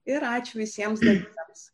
ir ačiū visiems likusiems